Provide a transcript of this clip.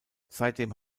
seitdem